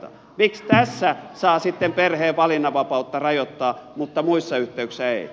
miksi tässä saa sitten perheen valinnanvapautta rajoittaa mutta muissa yhteyksissä ei